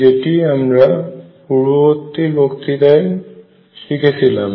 যেটি আমরা পূর্ববর্তী বক্তৃতায় শিখেছিলাম